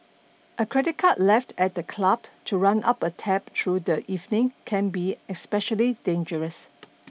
a credit card left at the club to run up a tab through the evening can be especially dangerous